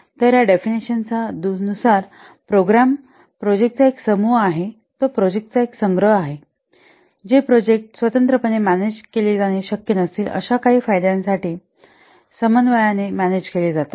तर या डेफिनेशन नुसार प्रोग्राम प्रोजेक्ट चा एक समूह आहे तो प्रोजेक्ट चा संग्रह आहे जे प्रोजेक्ट चे स्वतंत्रपणे मॅनेजमेंट केले जाणे शक्य नसतील अशा काही फायद्यांसाठी समन्वयाने मॅनेज केले जातात